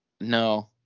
No